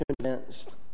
convinced